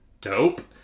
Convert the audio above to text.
dope